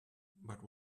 but